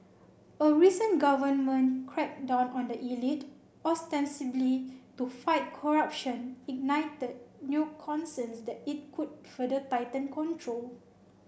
a recent government crackdown on the elite ostensibly to fight corruption ignited new concerns that it could further tighten control